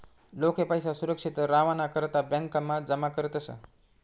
लोके पैसा सुरक्षित रावाना करता ब्यांकमा जमा करतस